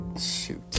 Shoot